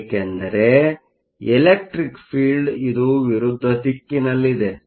ಏಕೆಂದರೆ ಎಲೆಕ್ಟ್ರಿಕ್ ಫೀಲ್ಡ್Electric field ಇದು ವಿರುದ್ಧ ದಿಕ್ಕಿನಲ್ಲಿದೆ